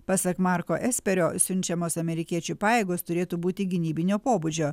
pasak marko esperio siunčiamos amerikiečių pajėgos turėtų būti gynybinio pobūdžio